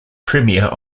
premier